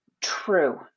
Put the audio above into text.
true